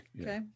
Okay